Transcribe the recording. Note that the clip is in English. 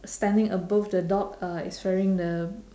standing above the dog uh is wearing the